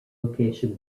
location